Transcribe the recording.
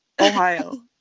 Ohio